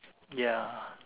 ya